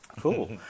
Cool